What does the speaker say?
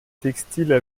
textiles